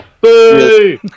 Boo